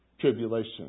tribulation